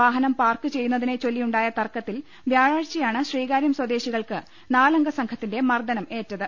വാഹനം പാർക്ക് ചെയ്യുന്നതി നെ ചൊല്ലിയുണ്ടായ തർക്കത്തിൽ വ്യാഴാഴ്ചയാണ് ശ്രീകാരൃം സ്വദേശികകൾക്ക് നാലംഗസംഘത്തിന്റെ മർദ്ദന മേറ്റത്